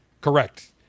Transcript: correct